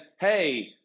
hey